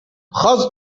hast